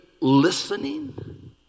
listening